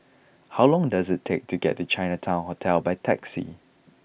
how long does it take to get to Chinatown Hotel by taxi